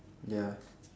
ya